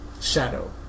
shadow